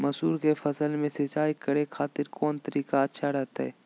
मसूर के फसल में सिंचाई करे खातिर कौन तरीका अच्छा रहतय?